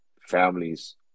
families